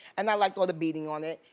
and, i liked all the beading on it,